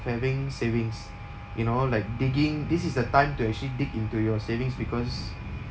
having savings you know like digging this is the time to actually dig into your savings because